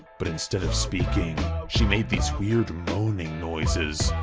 but instead of speaking she made these weird moaning noises,